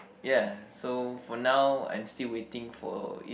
yeah so for now I'm still waiting for it